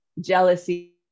Jealousy